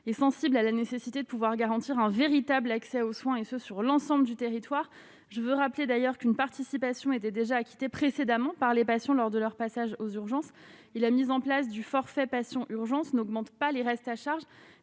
et sensibles à la nécessité de pouvoir garantir un véritable accès aux soins et ce sur l'ensemble du territoire, je veux rappeler d'ailleurs qu'une participation était déjà acquittés précédemment par les passions lors de leur passage aux urgences, il a mise en place du forfait Passion, urgence n'augmente pas les restes à charge